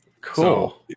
Cool